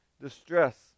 distress